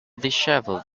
dishevelled